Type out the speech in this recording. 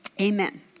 amen